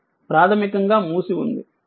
switch ప్రాథమికంగా మూసి ఉంది